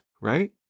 right